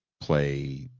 play